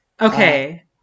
okay